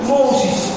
Moses